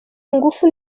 ingufu